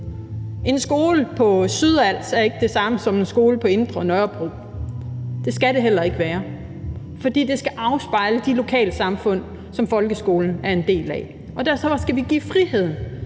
En skole på Sydals er ikke det samme som en på det indre Nørrebro. Det skal den heller ikke være, for folkeskolen skal afspejle de lokalsamfund, som den er en del af. Derfor skal vi give frihed